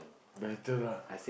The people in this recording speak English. my turn lah